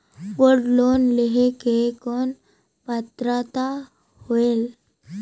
Gold loan लेहे के कौन पात्रता होएल?